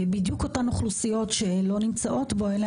בדיוק אותן אוכלוסיות שלא נמצאות בו אלה